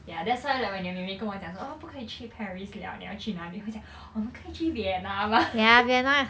ya that's why like when your 妹妹跟我讲说 orh 不可以去 paris liao 你要去哪里我讲我们可以去 vienna lah